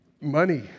money